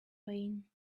pain